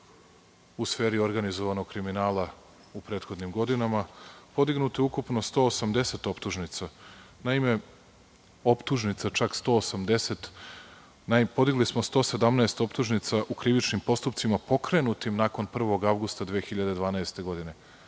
u sferi organizovanog kriminala u prethodnim godinama. Podignuto je ukupno 180 optužnica. Naime, optužnica čak 180, podigli smo 117 optužnica u krivičnim postupcima pokrenutim nakon 1. avgusta 2012. godine,